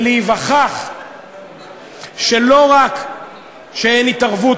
ולהיווכח שלא רק שאין התערבות,